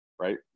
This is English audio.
right